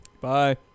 Bye